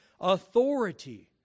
authority